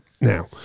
Now